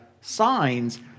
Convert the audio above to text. signs